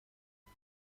des